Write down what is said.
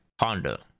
Honda